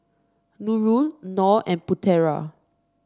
Nurul Nor and Putera